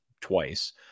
twice